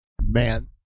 man